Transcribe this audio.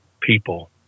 people